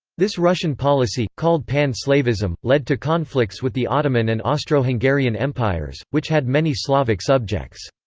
this russian policy, called pan-slavism, led to conflicts with the ottoman and austro-hungarian empires, which had many slavic subjects.